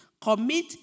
commit